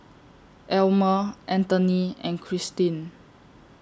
Elmer Anthony and Cristin